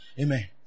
Amen